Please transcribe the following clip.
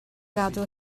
gadw